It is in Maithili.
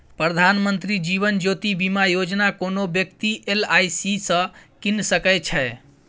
प्रधानमंत्री जीबन ज्योती बीमा योजना कोनो बेकती एल.आइ.सी सँ कीन सकै छै